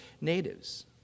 natives